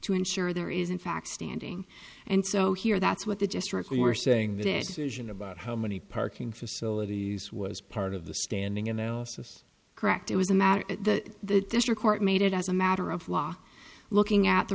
to ensure there is in fact standing and so here that's what the district were saying this isn't about how many parking facilities was part of the standing analysis correct it was a matter that the district court made it as a matter of law looking at the